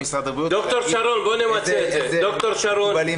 שיהיה 1 בספטמבר,